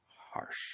harsh